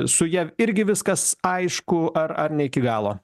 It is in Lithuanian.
su ja irgi viskas aišku ar ar ne iki galo